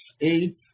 eight